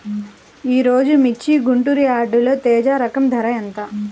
ఈరోజు మిర్చి గుంటూరు యార్డులో తేజ రకం ధర ఎంత?